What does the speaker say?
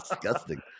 disgusting